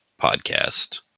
podcast